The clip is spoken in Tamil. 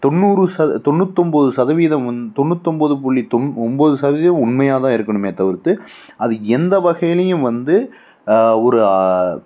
தொண்ணூறு சத தொண்ணூத்தொன்போது சதவீதம் வந் தொண்ணூத்தொன்போது புள்ளி தொண் ஒன்போது சதவீதம் உண்மையாக தான் இருக்கணுமே தவிர்த்து அது எந்தவகையிலேயும் வந்து ஒரு